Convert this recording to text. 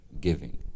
Giving